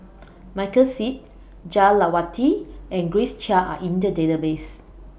Michael Seet Jah Lelawati and Grace Chia Are in The Database